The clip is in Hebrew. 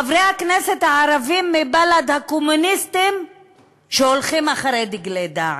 חברי כנסת הערבים מבל"ד: הקומוניסטים שהולכים אחרי דגלי 'דאעש'.